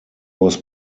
was